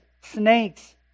snakes